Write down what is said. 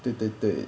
对对对